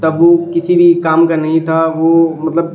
تب وہ کسی بھی کام کا نہیں تھا وہ مطلب